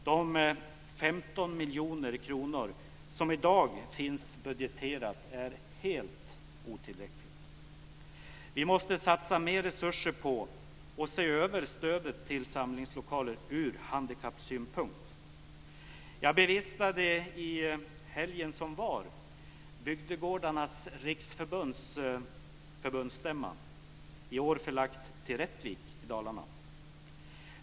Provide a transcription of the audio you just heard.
De 15 miljoner kronor som i dag finns budgeterade är helt otillräckligt. Vi måste satsa mer resurser på och se över stödet till samlingslokaler ur handikappsynpunkt. Jag bevistade i helgen Bygdegårdarnas Riksförbunds förbundsstämma, som i år var förlagd till Rättvik i Dalarna.